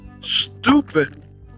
stupid